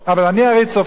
אבל אני הרי צופה,